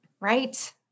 Right